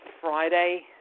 Friday